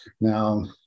now